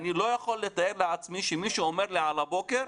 אני לא יכול לתאר לעצמי שמישהו אומר לי על הבוקר,